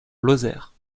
lozère